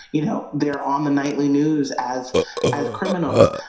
you know they're on the nightly news as as criminals,